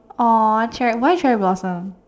aw cherry why cherry blossom